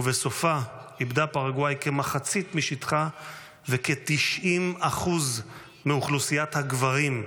ובסופה איבדה פרגוואי כמחצית משטחה וכ-90% מאוכלוסיית הגברים,